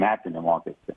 metinį mokestį